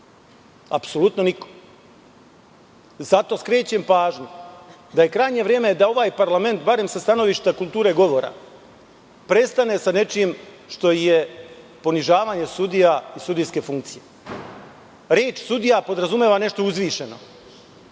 apsolutno niko. Zato skrećem pažnju da je krajnje vreme da ovaj parlament, barem sa stanovišta kulture govora, prestane sa nečim što je ponižavanje sudija i sudijske funkcije. Reč sudija podrazumeva nešto uzvišeno.